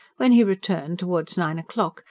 when he returned, towards nine o'clock,